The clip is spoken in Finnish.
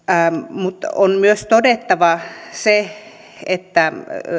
mutta on myös todettava se että